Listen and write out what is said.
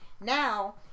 Now